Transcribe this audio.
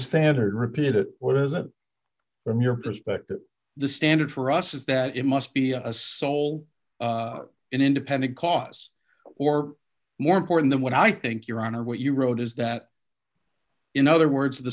standard rapidity what is a from your perspective the standard for us is that it must be a sole and independent cause or more important than what i think your honor what you wrote is that in other words the